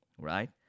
right